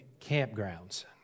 campgrounds